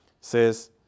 says